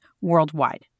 worldwide